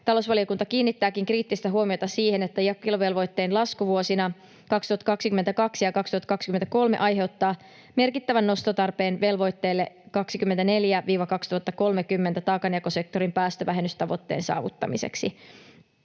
Talousvaliokunta kiinnittääkin kriittistä huomiota siihen, että jakeluvelvoitteen lasku vuosina 2022 ja 2023 aiheuttaa merkittävän nostotarpeen velvoitteelle 2024—2030 taakanjakosektorin päästövähennystavoitteen saavuttamiseksi.